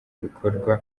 ibikorwa